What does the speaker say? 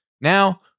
Now